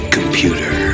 Computer